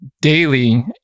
daily